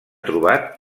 trobat